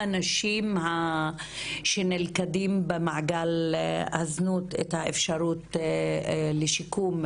האנשים שנלכדים במעגל הזנות את האפשרות לשיקום,